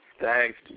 Thanks